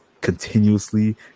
continuously